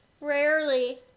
rarely